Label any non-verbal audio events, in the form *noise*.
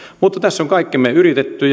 mutta tässä on kaikkemme yritetty *unintelligible*